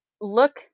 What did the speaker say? look